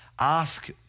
ask